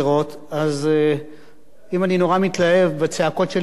אז אם אני נורא מתלהב בצעקות שלי נגד הממשלה,